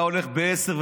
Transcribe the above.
היה הולך ב-10:00,